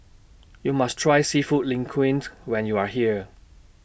YOU must Try Seafood Linguine when YOU Are here